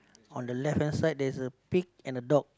on the left hand side there's a pig and a dog